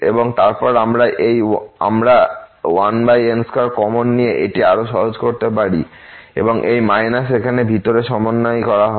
এবং তারপর আমরা 1n2 কমন নিয়ে এটি আরও সহজ করতে পারি এবং এই এখানে ভিতরে সমন্বয় করা হবে